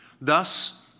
Thus